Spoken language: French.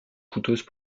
coûteuses